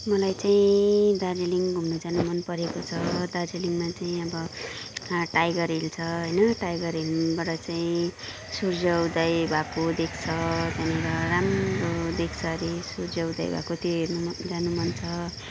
मलाई चाहिँ दार्जिलिङ घुम्नु जानु मन परेको छ दार्जिलिङमा चाहिँ अब टाइगर हिल छ होइन टाइगर हिलबाट चाहिँ सूर्य उदय भएको देख्छ त्यहाँनिर राम्रो देख्छ अरे सूर्य उदय भएको चाहिँ हेर्न जान मन छ